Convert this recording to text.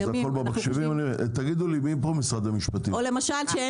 מי נמצא פה ממשרד המשפטים?